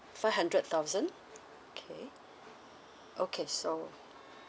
five hundred thousand okay okay so